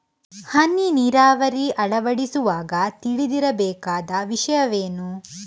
ಹನಿ ನೀರಾವರಿ ಅಳವಡಿಸುವಾಗ ತಿಳಿದಿರಬೇಕಾದ ವಿಷಯವೇನು?